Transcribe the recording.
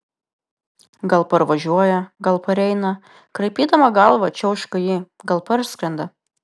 gal parvažiuoja gal pareina kraipydama galvą čiauška ji gal parskrenda